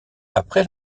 après